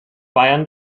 bayern